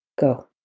go